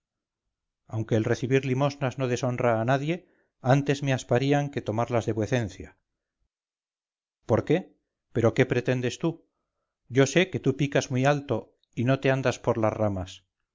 aunque el recibir limosnas no deshonra a nadie antes me asparían que tomarlas de vuecencia por qué pero qué pretendes tú yo sé que tú picas muy alto y no te andas por las ramas